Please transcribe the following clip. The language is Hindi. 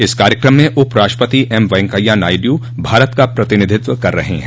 इस कार्यक्रम में उपराष्ट्रपति एम वेंकैया नायडू भारत का प्रतिनिधित्व कर रहे हैं